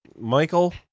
Michael